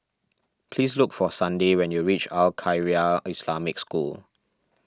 please look for Sunday when you reach Al Khairiah Islamic School